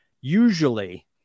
usually